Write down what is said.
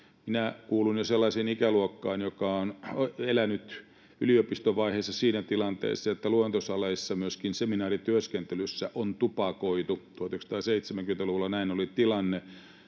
kuulun jo sellaiseen ikäluokkaan, joka on elänyt yliopistovaiheensa siinä tilanteessa, että luentosaleissa ja myöskin seminaarityöskentelyssä on tupakoitu. 1970-luvulla näin oli tilanne.